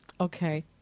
Okay